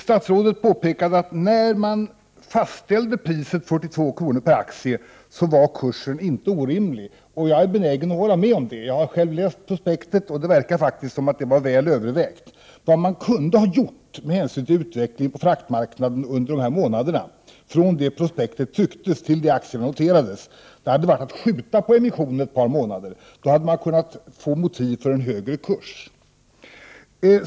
Statsrådet påpekade att när man fastställde priset 42 kr. per aktie var den kursen inte orimlig. Jag är benägen att hålla med om det. Jag har själv läst prospektet, och det verkar som om det priset var väl övervägt. Vad man kunde ha gjort med hänsyn till utvecklingen på fraktmarknaden under de här månaderna, alltså från det att prospektet trycktes till dess att aktien noterades, var att skjuta fram emissionen några månader. Då hade man kunnat få motiv för en högre kurs.